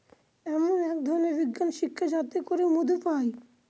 এমন এক ধরনের বিজ্ঞান শিক্ষা যাতে করে মধু পায়